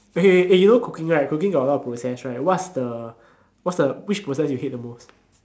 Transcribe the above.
okay eh you know cooking right cooking got a lot of process right what's the what's the which process you hate the most